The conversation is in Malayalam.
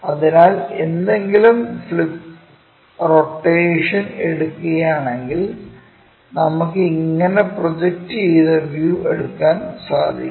അതിനാൽ എന്തെങ്കിലും ഫ്ലിപ്പ് റൊട്ടേഷൻ എടുക്കുകയാണെങ്കിൽ നമുക്ക് ഇങ്ങിനെ പ്രൊജക്റ്റ് ചെയ്ത വ്യൂ എടുക്കാൻ സാധിക്കും